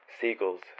seagulls